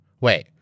Wait